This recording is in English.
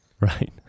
Right